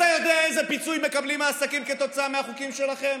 אתה יודע איזה פיצוי מקבלים העסקים כתוצאה מהחוקים שלכם,